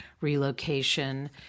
relocation